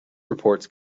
reports